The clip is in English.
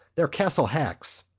they're castle hacks.